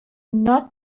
not